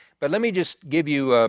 but let me just give you